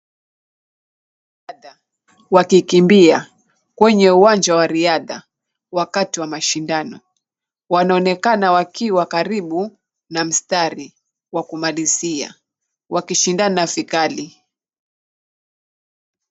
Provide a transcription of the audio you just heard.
Wanariadha wakikimbia kwenye uwanja wa riadha wakati wa mashindano, wanaonekana wakiwa karibu na mistari wa kumalizia. Wakishindana vikali.